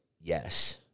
yes